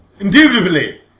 Indubitably